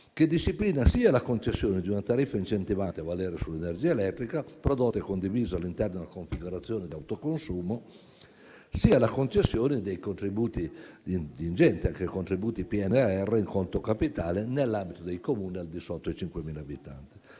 disciplina sia la concessione di una tariffa incentivante a valere sull'energia elettrica prodotta e condivisa all'interno della configurazione di autoconsumo, sia la concessione dei contributi anche ingenti del PNRR in conto capitale nell'ambito dei Comuni al di sotto dei 5.000 abitanti.